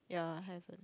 ya haven't